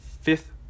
fifth